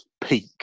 peak